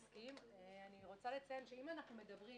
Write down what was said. רוצה לציין שאם אנחנו מדברים